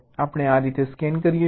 આપણે આ રીતે સ્કેન કરીએ છીએ